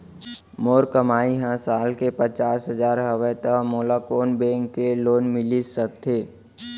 मोर कमाई ह साल के पचास हजार हवय त मोला कोन बैंक के लोन मिलिस सकथे?